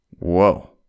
Whoa